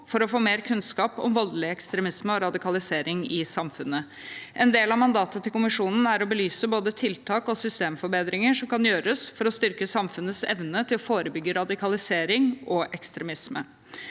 for å få mer kunnskap om voldelig ekstremisme og radikalisering i samfunnet. En del av mandatet til kommisjonen er å belyse både tiltak og systemforbedringer som kan gjøres for å styrke samfunnets evne til å forebygge radikalisering og ekstremisme.